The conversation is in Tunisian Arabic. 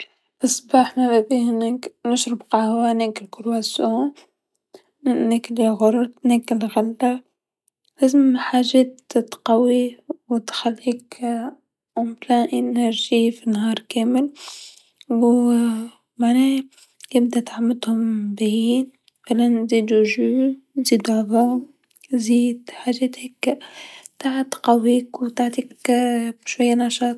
في الصباح نشرب قهوا ناكل كرواسو ناكل ياغورت ناكل غلا، لازم حاجات تقوي تخليك بطاقه كامله في النهار كامل و معناها يبدا طعمتهم باهيين منبعد نزيدو عصير نزيدو عبى نزيد حاجات هاكا تاع تقويك و تعطيك هاكا شويا نشاط.